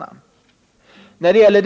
sade?